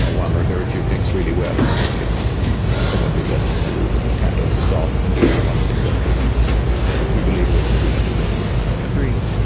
ah one, or very few things really well. and i think it's probably best to kind of start in doing the one thing that we you know but we believe with that we can do well agreed.